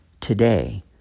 today